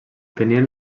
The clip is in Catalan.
tenien